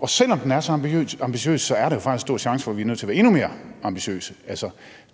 og selv om den er så ambitiøs, er der jo faktisk stor chance for, at vi er nødt til at være endnu mere ambitiøse.